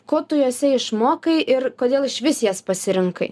ko tu jose išmokai ir kodėl išvis jas pasirinkai